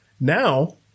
Now